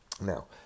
Now